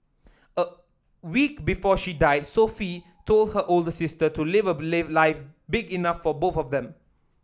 a week before she died Sophie told her older sister to live a life big enough for both of them